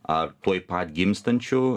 ar tuoj pat gimstančių